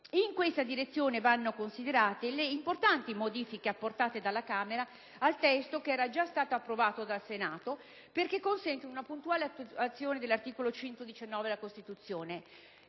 In tale direzione vanno considerate le importanti modifiche apportate dalla Camera al testo che era già stato approvato dal Senato; esse consentono una puntuale attuazione dell'articolo 119 della Costituzione.